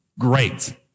great